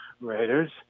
Raiders